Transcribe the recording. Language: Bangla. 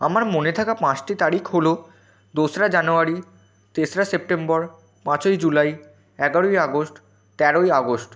আমার মনে থাকা পাঁচটি তারিখ হলো দোসরা জানুয়ারি তেসরা সেপ্টেম্বর পাঁচই জুলাই এগারোই আগস্ট তেরোই আগস্ট